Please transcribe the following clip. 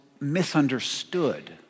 misunderstood